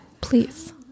Please